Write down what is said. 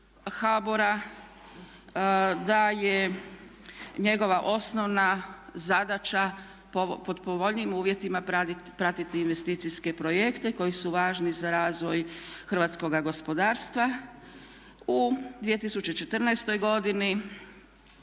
da je njegova osnovna zadaća pod povoljnijim uvjetima pratiti investicijske projekte koji su važni za razvoj hrvatskoga gospodarstva. U 2014. godini